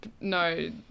No